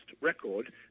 record